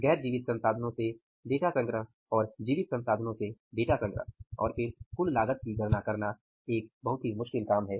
गैर जीवित संसाधनों से डेटा संग्रह और जीवित संसाधनों से डेटा संग्रह और फिर कुल लागत की गणना करना एक बहुत ही मुश्किल काम है